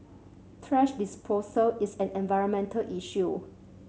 thrash disposal is an environmental issue